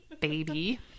Baby